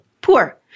poor